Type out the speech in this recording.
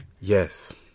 Yes